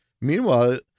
meanwhile